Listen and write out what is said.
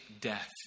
death